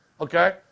Okay